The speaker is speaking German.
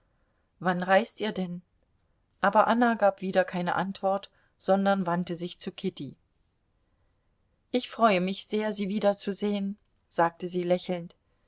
wann reist ihr denn aber anna gab wieder keine antwort sondern wandte sich zu kitty ich freue mich sehr sie wiederzusehen sagte sie lächelnd